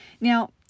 Now